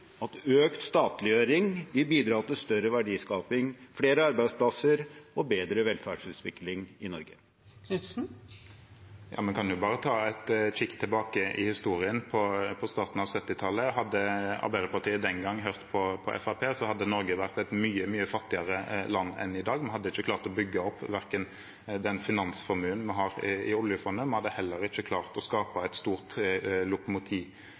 at Arbeiderpartiet tror at økt statliggjøring vil bidra til større verdiskaping, flere arbeidsplasser og bedre velferdsutvikling i Norge? Vi kan jo bare ta en kikk tilbake i historien, på starten av 1970-tallet. Hadde Arbeiderpartiet den gang hørt på Fremskrittspartiet, hadde Norge vært et mye, mye fattigere land enn i dag. Vi hadde ikke klart å bygge opp den finansformuen vi har i oljefondet. Vi hadde heller ikke klart å skape et stort